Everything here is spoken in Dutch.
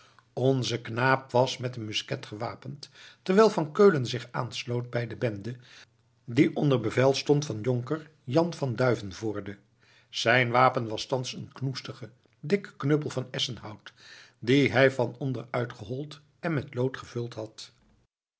onze knaap was met een musket gewapend terwijl van keulen zich aansloot bij de bende die onder bevel stond van jonker jan van duivenvoorde zijn wapen was thans een knoestige dikke knuppel van esschenhout dien hij van onder uitgehold en met lood gevuld had